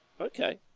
Okay